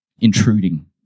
intruding